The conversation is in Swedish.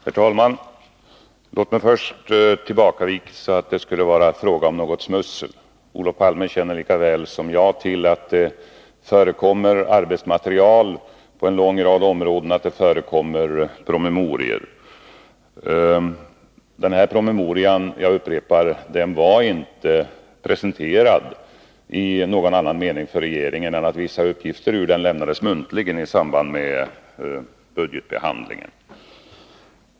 Herr talman! Låt mig först tillbakavisa att det skulle vara fråga om något smussel. Olof Palme känner lika väl som jag till att det förekommer arbetsmaterial på en lång rad områden, att det förekommer promemorior. Den här promemorian — jag upprepar det — var inte presenterad för regeringen i någon annan mening än att vissa uppgifter ur den lämnades muntligt i samband med budgetbehandlingen.